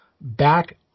back